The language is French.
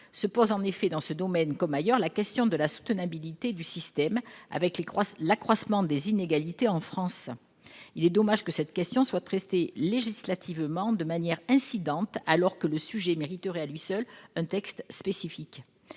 se pose en effet dans ce domaine, comme ailleurs, la question de la soutenabilité du système avec les croissants, l'accroissement des inégalités en France, il est dommage que cette question soit traitée législatives de manière incidente, alors que le sujet mériterait à lui seul un texte spécifique,